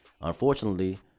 Unfortunately